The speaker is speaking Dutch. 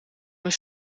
mijn